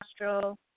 nostril